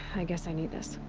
i guess i need this.